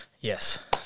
Yes